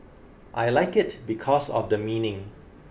I like it because of the meaning